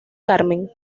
carmen